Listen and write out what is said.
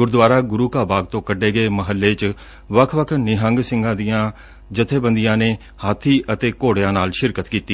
ਗੁਰਦੁਆਰਾ ਗੁਰੁ ਕਾ ਬਾਗ ਤੋ ਕੱਢੇ ਗਏ ਮਹੱਲੇ ਚ ਵੱਖ ਵੱਖ ਨਿਹੰਗ ਸਿੰਘਾਂ ਦੀਆਂ ਜਥੇਬੰਦੀਆ ਨੇ ਹਾਬੀ ਅਤੇ ਘੋੜਿਆ ਨਾਲ ਸ਼ਿਰਕਤ ਕੀਡੀ